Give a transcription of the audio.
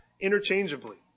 interchangeably